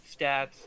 stats